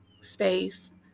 space